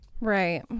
Right